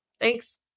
Thanks